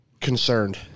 concerned